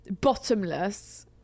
Bottomless